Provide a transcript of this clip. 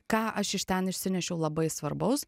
ką aš iš ten išsinešiau labai svarbaus